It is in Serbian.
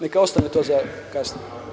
Neka ostane to za kasnije.